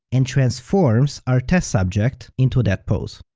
and transforms our test subject into that pose.